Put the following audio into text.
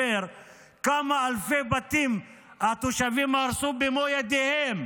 כמה אלפי בתים התושבים הרסו במו ידיהם,